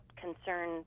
concern